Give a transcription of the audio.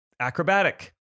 acrobatic